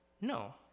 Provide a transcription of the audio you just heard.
No